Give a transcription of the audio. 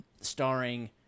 starring